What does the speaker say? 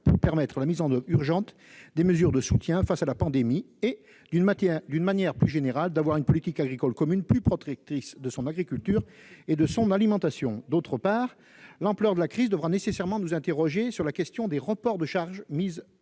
de permettre la mise en oeuvre en urgence des mesures de soutien face à l'épidémie et, d'une manière plus générale, d'avoir une politique agricole commune qui soit plus protectrice de l'agriculture et de l'alimentation. D'autre part, l'ampleur de la crise devra nécessairement nous amener à nous interroger sur la question des reports de charges sociales